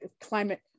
climate